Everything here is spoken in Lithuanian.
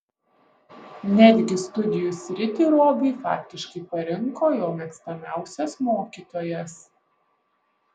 netgi studijų sritį robiui faktiškai parinko jo mėgstamiausias mokytojas